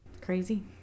crazy